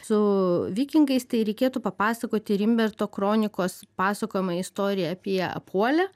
su vikingais tai reikėtų papasakoti rimberto kronikos pasakojamą istoriją apie apuolę